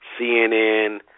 CNN